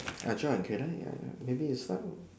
ah John can I uh maybe you start lor